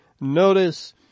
notice